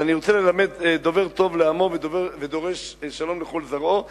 אני רוצה להיות דובר טוב לעמו ודורש שלום לכל זרעו,